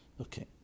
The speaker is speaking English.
Okay